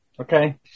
Okay